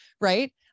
right